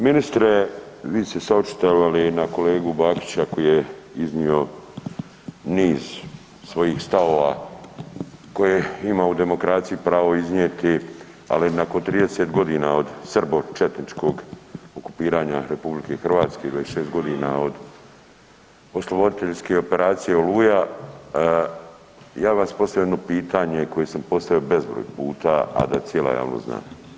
Ministre, vi ste se očitovali na kolegu Bakića koji je iznio niz svojih stavova koje ima u demokraciji pravo iznijeti, ali nakon 30 godina od srbo-četničkog okupiranja Republike Hrvatske, 26 godina od osloboditeljske operacije Oluja, ja bi vam postavio jedno pitanje, koje sam postavio bezbroj puta, a da cijela javnost zna.